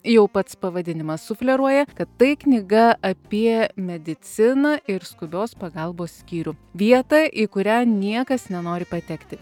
jau pats pavadinimas sufleruoja kad tai knyga apie mediciną ir skubios pagalbos skyrių vietą į kurią niekas nenori patekti